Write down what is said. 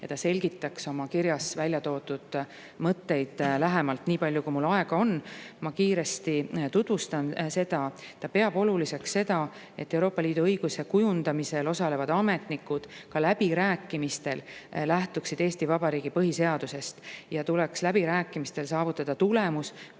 ja ta selgitaks oma kirjas väljatoodud mõtteid lähemalt. Nii palju, kui mul aega on, ma kiiresti tutvustan neid. Ta peab oluliseks seda, et Euroopa Liidu õiguse kujundamisel osalevad ametnikud ka läbirääkimistel lähtuksid Eesti Vabariigi põhiseadusest. Läbirääkimistel tuleks saavutada tulemus,